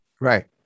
Right